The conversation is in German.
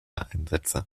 einsätze